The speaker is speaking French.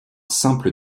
simple